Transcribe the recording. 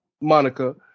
Monica